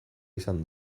izan